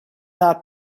not